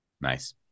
Nice